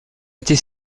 était